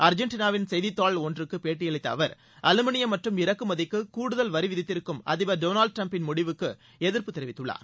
அர்ஜெண்டினாவின் செய்தித்தாள் ஒன்றுக்கு பேட்டியளித்த அவர் அலுமினியம் மற்றும் இறக்குமதிக்கு கூடுதல் வரிவிதித்திருக்கும் அதிபர் டொனால்டு டிரம்பின் முடிவுக்கு எதிர்ப்பு தெரிவித்துள்ளார்